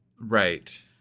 Right